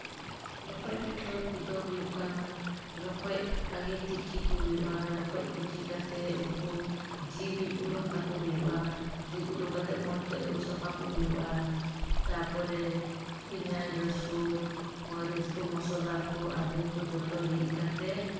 ᱨᱚᱠᱚᱡ ᱯᱤᱴᱷᱟᱹ ᱠᱚᱫᱚ ᱦᱩᱭᱩᱜ ᱠᱟᱱᱟ ᱨᱚᱠᱚᱡ ᱟᱜᱮ ᱛᱤᱠᱤ ᱠᱚ ᱦᱩᱭᱩᱜᱼᱟ ᱨᱚᱠᱚᱡ ᱴᱤᱠᱤ ᱠᱟᱛᱮᱫ ᱩᱱᱠᱩ ᱡᱤᱞ ᱩᱰᱩᱜ ᱛᱟᱠᱚ ᱦᱩᱭᱩᱜᱼᱟ ᱡᱤᱞ ᱩᱰᱩᱜ ᱠᱟᱛᱮᱫ ᱢᱚᱡᱽᱛᱮ ᱟᱹᱨᱩᱵ ᱥᱟᱯᱷᱟᱭ ᱦᱩᱭᱩᱜ ᱛᱟᱠᱚᱣᱟ ᱛᱟᱨᱯᱚᱨᱮ ᱯᱮᱸᱭᱟᱡᱽ ᱨᱟᱹᱥᱩᱱ ᱢᱟᱹᱨᱤᱡ ᱠᱚ ᱢᱚᱥᱞᱟ ᱠᱚ ᱟᱫᱷᱮ ᱠᱚ ᱡᱷᱚᱛᱚ ᱨᱤᱫ ᱠᱟᱛᱮᱫ